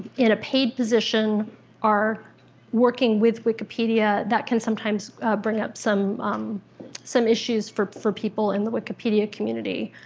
in a paid position are working with wikipedia, that can sometimes bring up some um some issues for for people in the wikipedia community,